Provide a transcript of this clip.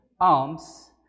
alms